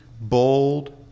bold